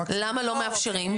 למה לא מאפשרים?